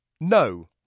No